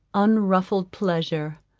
unruffled pleasure